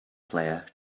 player